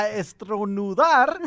estronudar